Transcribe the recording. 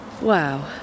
Wow